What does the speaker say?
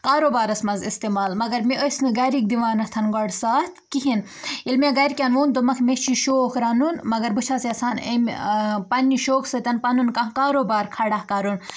کاروبارَس منٛز اِستعمال مگر مےٚ ٲسۍ نہٕ گَرٕکۍ دِوان گۄڈٕ ساتھ کِہیٖنٛۍ ییٚلہِ مےٚ گَرِکٮ۪ن ووٚن دوٚپمَکھ مےٚ چھُ شوق رَنُن مگر بہٕ چھَس یَژھان اَمہِ پَنٕنہِ شوقہٕ سۭتٮ۪ن پَنُن کانٛہہ کاروبار کھڑا کَرُن